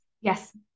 Yes